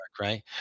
right